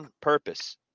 purpose